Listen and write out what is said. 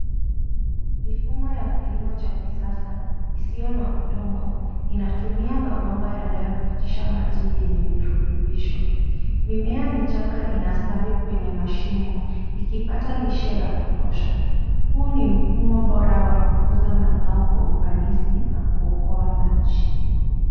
Mifumo ya kilimo cha kisasa isiyo na udongo, inatumia mabomba yanayopitisha maji yenye virutubisho. Mimea michanga inastawi kwenye mashimo, ikipata lishe ya kutosha. Huu ni mfumo bora wa kukuza mazao kwa ufanisi na kuokoa maji.